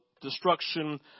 destruction